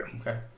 Okay